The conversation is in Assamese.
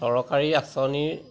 চৰকাৰী আঁচনিৰ